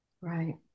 Right